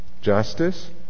justice